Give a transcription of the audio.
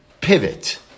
Pivot